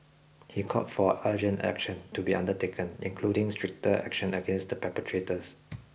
he called for urgent action to be undertaken including stricter action against the perpetrators